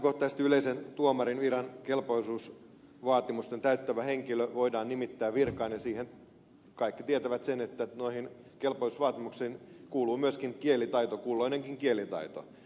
lähtökohtaisesti yleiset tuomarin viran kelpoisuusvaatimukset täyttävä henkilö voidaan nimittää virkaan ja kaikki tietävät sen että noihin kelpoisuusvaatimuksiin kuuluu myöskin kielitaito kulloinenkin kielitaito